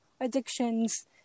addictions